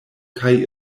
kaj